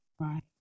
Right